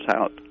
out